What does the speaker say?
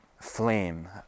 flame